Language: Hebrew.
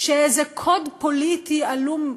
שאיזה קוד פוליטי עלום,